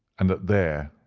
and that there,